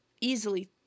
easily